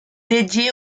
dédié